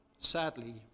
Sadly